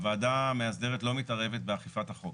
הוועדה המסדרת לא מתערבת באכיפת החוק.